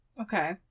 Okay